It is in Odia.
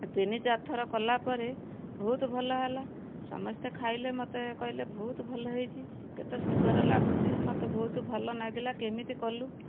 ତିନି ଚାରିଥର କଲା ପରେ ବହୁତ ଭଲ ହେଲା ସମସ୍ତେ ଖାଇଲେ ମୋତେ କହିଲେ ବହୁତ ଭଲ ହେଇଛି କେତେ ସୁନ୍ଦର ଲାଗୁଛି ମୋତେ ବହୁତ ଭଲ ଲାଗିଲା କେମିତି କଲୁ